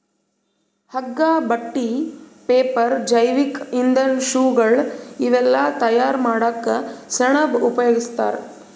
ಹಗ್ಗಾ ಬಟ್ಟಿ ಪೇಪರ್ ಜೈವಿಕ್ ಇಂಧನ್ ಶೂಗಳ್ ಇವೆಲ್ಲಾ ತಯಾರ್ ಮಾಡಕ್ಕ್ ಸೆಣಬ್ ಉಪಯೋಗಸ್ತಾರ್